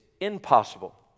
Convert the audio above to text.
impossible